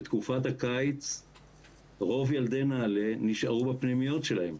בתקופת הקיץ רוב ילדי נעל"ה נשארו בפנימיות שלהם.